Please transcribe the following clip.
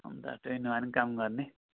अन्त काम गर्ने